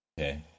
Okay